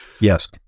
yes